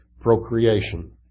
procreation